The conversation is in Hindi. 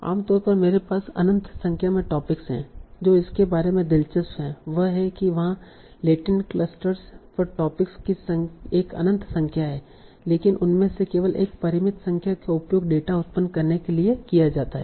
आम तौर पर मेरे पास अनंत संख्या में टॉपिक्स होते हैं जो इसके बारे में दिलचस्प है वह है कि वहाँ लेटेन्ट क्लस्टर्स या टॉपिक्स की एक अनंत संख्या है लेकिन उनमें से केवल एक परिमित संख्या का उपयोग डेटा उत्पन्न करने के लिए किया जाता है